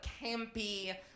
campy